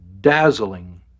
dazzling